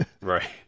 Right